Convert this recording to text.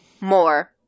More